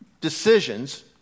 decisions